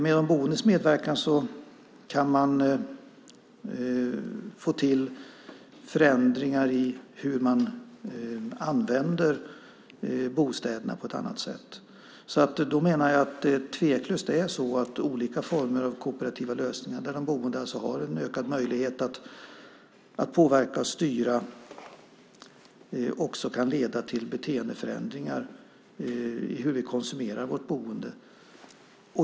Med de boendes medverkan kan man få till förändringar i hur man använder bostäderna på ett annat sätt. Jag menar att det tveklöst är så att olika former av kooperativa lösningar där de boende har en ökad möjlighet att påverka och styra också kan leda till beteendeförändringar i hur vi konsumerar vårt boende.